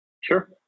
sure